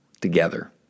together